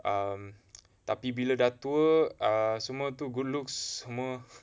err tapi bila dah tua err semua tu good looks semua